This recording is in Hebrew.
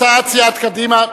הצעת סיעת קדימה.